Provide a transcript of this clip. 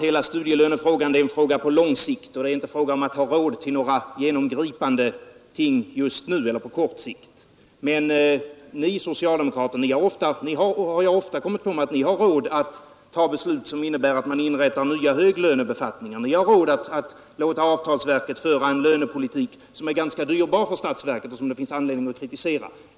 Hela studielönefrågan är naturligtvis en fråga på lång sikt. Det är inte tal om att ha råd till några genomgripande reformer just nu på kort sikt. Men ni socialdemokrater har ofta råd att fatta beslut som innebär att nya höglönebefattningar inrättas, ni har råd att låta avtalsverket föra en lönepolitik som är ganska dyrbar för statsverket och som det finns anledning att kritisera.